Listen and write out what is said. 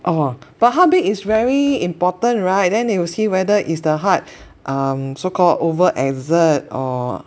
orh but heartbeat is very important right then they will see whether is the heart um so called over exert or